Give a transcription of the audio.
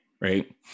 Right